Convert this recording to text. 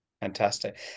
Fantastic